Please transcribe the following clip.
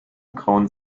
grauen